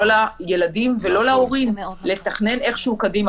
לא לילדים ולא להורים לתכנן איכשהו קדימה